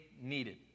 needed